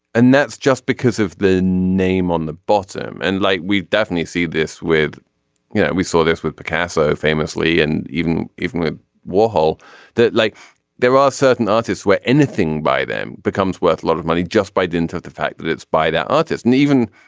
and that's just because of the name on the bottom and like we definitely see this with you know we saw this with picasso famously and even even with warhol like there are certain artists where anything by them becomes worth a lot of money just by dint of the fact that it's by that artist and even.